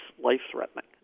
life-threatening